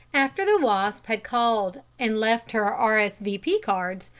after the wasp had called and left her r. s. v. p. cards,